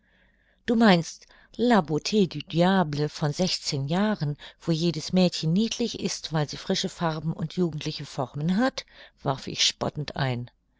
du meinst la beaut du diable von sechszehn jahren wo jedes mädchen niedlich ist weil sie frische farben und jugendliche formen hat warf ich spottend ein